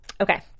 okay